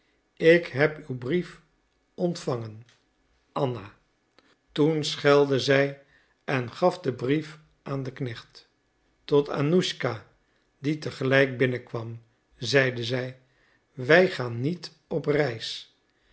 ik heb uw brief ontvangen anna toen schelde zij en gaf den brief aan den knecht tot annuschka die tegelijk binnenkwam zeide zij wij gaan niet op reis